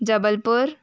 Jabalpur